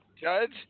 Judge